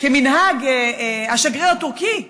כמנהג השגריר הטורקי,